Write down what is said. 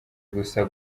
gusa